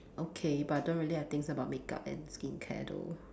okay but I don't really have things about makeup and skincare though